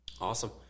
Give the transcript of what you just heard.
Awesome